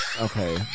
Okay